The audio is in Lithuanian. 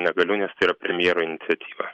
negaliu nes tai yra premjero iniciatyva